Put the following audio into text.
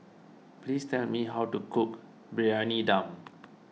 please tell me how to cook Briyani Dum